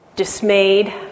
Dismayed